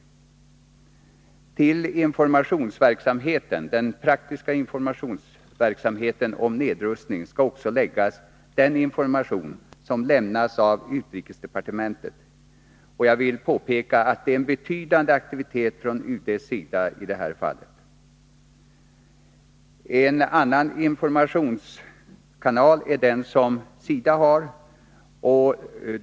Till den praktiska informationsverksamheten när det gäller nedrustning skall också läggas den information som lämnas av utrikesdepartementet. Och jag vill påpeka att aktiviteten från UD:s sida är betydande i det här fallet. En annan informationskanal är den som SIDA har.